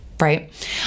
right